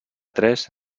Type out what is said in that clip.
tres